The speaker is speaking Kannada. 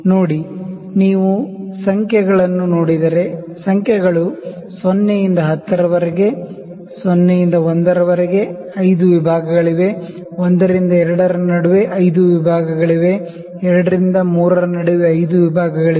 ನೋಡಿ ನೀವು ಸಂಖ್ಯೆಗಳನ್ನು ನೋಡಿದರೆ ಸಂಖ್ಯೆಗಳು 0 ಇಂದ 10 ರವರೆಗೆ 0 ಇಂದ 1 ರವರೆಗೆ 5 ವಿಭಾಗಗಳಿವೆ 1 ರಿಂದ 2 ರ ನಡುವೆ 5 ವಿಭಾಗಗಳಿವೆ 2 ರಿಂದ 3 ರ ನಡುವೆ 5 ವಿಭಾಗಗಳಿವೆ